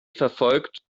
verfolgt